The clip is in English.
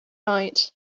night